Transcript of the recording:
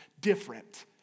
different